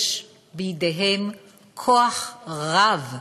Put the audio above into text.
יש בידיהם כוח רב,